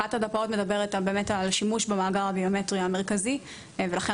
אחת הדפ"אות מדברת על שימוש במאגר הביומטרי המרכזי ולכן